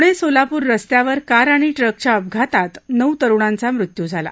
पुणे सोलापूर रस्त्यावर कार आणि ट्रकच्या अपघातात नऊ तरुणांचा मृत्यू झाला